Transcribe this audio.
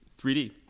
3D